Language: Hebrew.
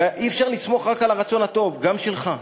ואי-אפשר לסמוך רק על הרצון הטוב, גם שלך,